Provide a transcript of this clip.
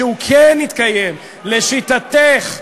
שהוא כן יתקיים, לשיטתך.